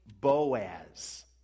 Boaz